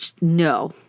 no